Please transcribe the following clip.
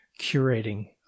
curating